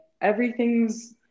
everything's